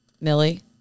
Millie